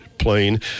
plane